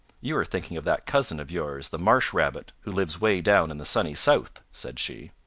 you are thinking of that cousin of yours, the marsh rabbit who lives way down in the sunny south, said she.